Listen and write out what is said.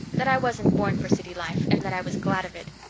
that i wasn't born for city life and that i was glad of it.